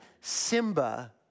Simba